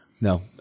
No